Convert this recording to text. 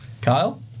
Kyle